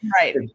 Right